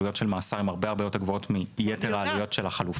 עלויות של מאסר הן הרבה הרבה יותר גבוהות מיתר העלויות של החלופות.